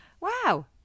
Wow